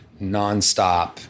nonstop